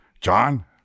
John